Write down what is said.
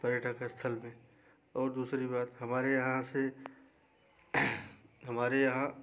पर्यटक स्थल में और दूसरी बात हमारे यहाँ से हमारे यहाँ